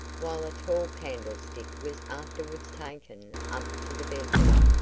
while a tall candlestick was afterwards taken up to the bedroom.